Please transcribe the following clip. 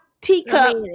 teacup